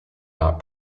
not